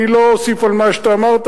אני לא אוסיף על מה שאתה אמרת,